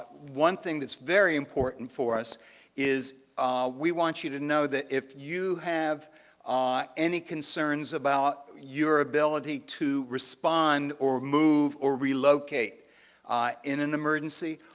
one thing that's very important for us is we want you to know that if you have ah any concerns about your ability to respond or move or relocate in an emergency,